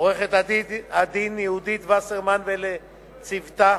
עורכת-הדין יהודית וסרמן, ולצוותה,